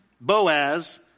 Boaz